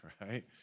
right